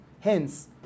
Hence